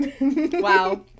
Wow